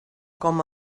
com